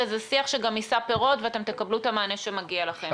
וזה שיח שגם יישא פירות ואתם תקבלו את המענה שמגיע לכם.